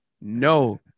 No